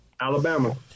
Alabama